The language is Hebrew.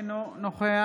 אינו נוכח